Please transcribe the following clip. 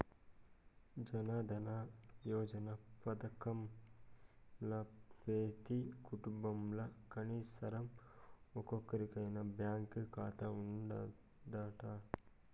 జనదన యోజన పదకంల పెతీ కుటుంబంల కనీసరం ఒక్కోరికైనా బాంకీ కాతా ఉండాదట